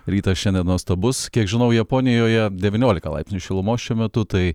rytas šiandien nuostabus kiek žinau japonijoje devyniolika laipsnių šilumos šiuo metu tai